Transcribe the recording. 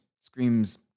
Screams